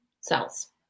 cells